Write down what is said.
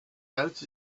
out